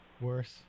worse